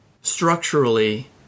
structurally –